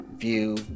view